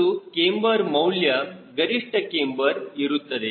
ಮತ್ತು ಕ್ಯಾಮ್ಬರ್ ಮೌಲ್ಯ ಗರಿಷ್ಠ ಕ್ಯಾಮ್ಬರ್ಇರುತ್ತದೆ